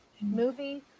movie